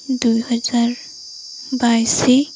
ଦୁଇହଜାର ବାଇଶ